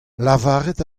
lavaret